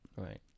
Right